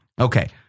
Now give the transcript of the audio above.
Okay